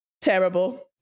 Terrible